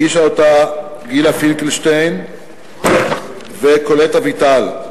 הגישו אותה גילה פינקלשטיין וקולט אביטל,